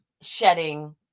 shedding